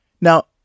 Now